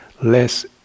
less